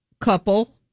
couple